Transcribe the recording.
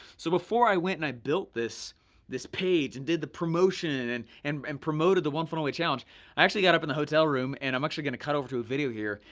so before i went and i built this this page and did the promotion, and and promoted the one funnel away challenge, i actually got up in the hotel room, and i'm actually gonna cut over to a video here.